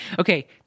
okay